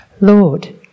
Lord